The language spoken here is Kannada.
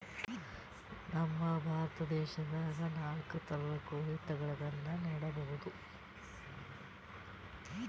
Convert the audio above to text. ನಮ್ ಭಾರತ ದೇಶದಾಗ್ ನಾಲ್ಕ್ ಥರದ್ ಕೋಳಿ ತಳಿಗಳನ್ನ ನೋಡಬಹುದ್